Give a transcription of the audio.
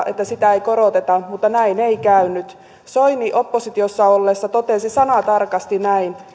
että sitä ei koroteta mutta näin ei käynyt soini oppositiossa olleessaan totesi sanatarkasti näin